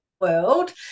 world